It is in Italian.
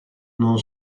non